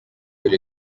elle